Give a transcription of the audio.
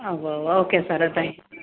ആ ഉവ്വ് ഉവ്വ് ഓക്കേ സാറേ താങ്ക് യൂ